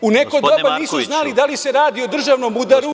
U neko doba nisu znali da li se radi o državnom udaru…